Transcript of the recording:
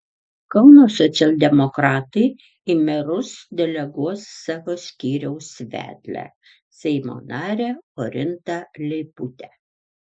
kauno socialdemokratai į merus deleguos savo skyriaus vedlę seimo narę orintą leiputę